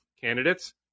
candidates